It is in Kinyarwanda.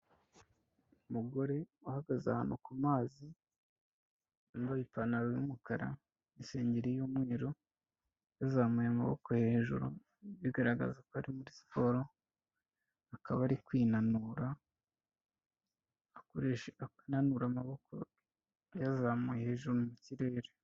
Umugore uhagaze ahantu ku mazi, wambaye ipantaro y'umukara, isengeri y'umweru yazamuye amaboko hejuru bigaragaza ko ari muri siporo, akaba ari kwinanura akoreshe ananura amaboko ayazamuye hejuru mu kirere.